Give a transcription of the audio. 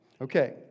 Okay